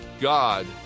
God